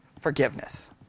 forgiveness